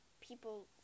people